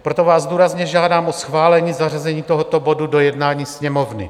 Proto vás důrazně žádám o schválení zařazení tohoto bodu do jednání Sněmovny.